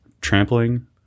trampling